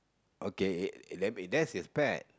okay that's his pet